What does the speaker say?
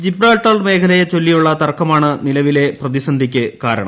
Gibraltar മേഖലയെ ചൊല്ലിയുള്ള തർക്കമാണ് നിലവിലെ പ്രതിസന്ധിക്ക് കാരണം